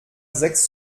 sechs